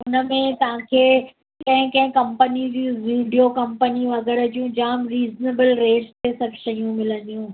हुनमें तव्हांखे कंहिं कंहिं कंपनी जूं विडियो कंपनी वग़ैरह जूं जाम रीजनेबल रेट ते सभु शयूं मिलंदियूं